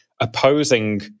opposing